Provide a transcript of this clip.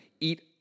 eat